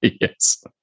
Yes